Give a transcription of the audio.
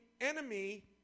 enemy